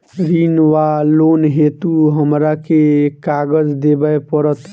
ऋण वा लोन हेतु हमरा केँ कागज देबै पड़त?